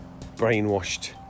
brainwashed